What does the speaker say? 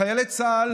חיילי צה"ל